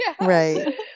Right